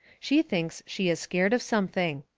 she thinks she is scared of something.